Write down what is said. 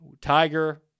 Tiger